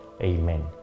Amen